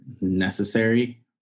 necessary